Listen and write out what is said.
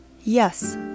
Yes